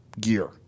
gear